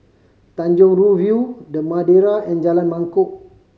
Tanjong Rhu View The Madeira and Jalan Mangkok